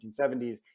1970s